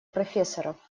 профессоров